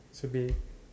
should be